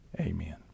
Amen